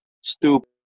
stupid